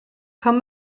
pam